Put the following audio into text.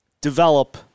develop